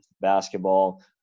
basketball